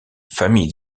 famille